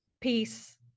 peace